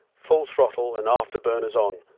full throttle and afterburners on,